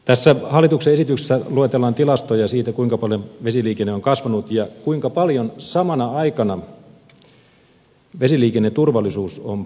tässä hallituksen esityksessä luetellaan tilastoja siitä kuinka paljon vesiliikenne on kasvanut ja kuinka paljon samana aikana vesiliikenneturvallisuus on parantunut